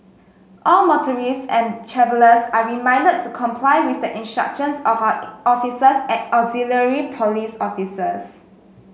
all motorists and travellers are reminded to comply with the of our officers and auxiliary police officers